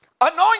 Anoint